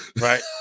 right